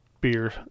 beer